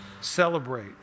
Celebrate